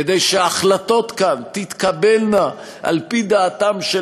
כדי שההחלטות כאן תתקבלנה על-פי דעתם של